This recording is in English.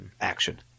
action